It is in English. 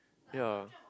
ya